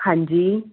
ਹਾਂਜੀ